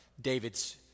David's